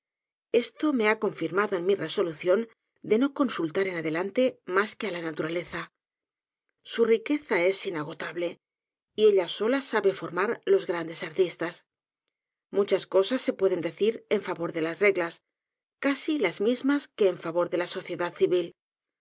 esto me ha confirmado en mi resolución de no consultar en adelante mas que á la naturaleza su riqueza es inagotable y ella sola sabe formar los grandes artistas muchas cosas sé pueden decir en favor de las reglas casi las mismas que ert favor de la sociedad civil